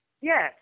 Yes